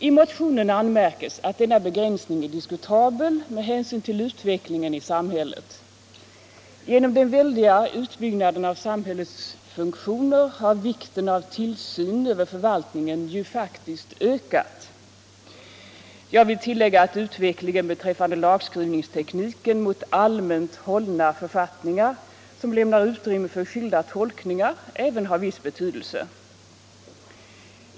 I motionen anmärkes att denna begränsning är diskutabel med hänsyn till utvecklingen i samhället. Genom den väldiga utbyggnaden av samhällets funktioner har vikten av tillsyn över förvaltningen ju faktiskt ökat. Jag vill tillägga att utvecklingen beträffande lagskrivningstekniken mot allmänt hållna författningar, som lämnar utrymme för skilda tolkningar, även har viss betydelse.